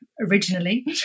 originally